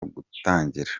gutangira